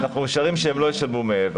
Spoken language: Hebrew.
אנחנו משערים שהם לא ישלמו מעבר.